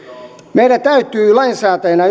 meidän täytyy lainsäätäjinä